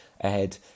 ahead